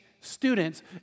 students